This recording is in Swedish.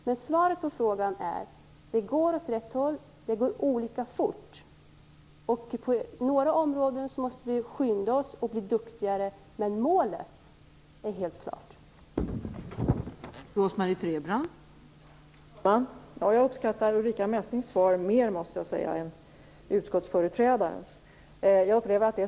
Men svaret på frågan är: Det går åt rätt håll.